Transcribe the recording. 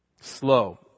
Slow